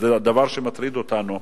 זה דבר שמטריד אותנו.